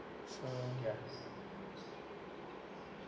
so ya